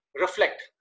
reflect